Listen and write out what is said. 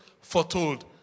foretold